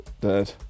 Dead